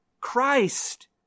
Christ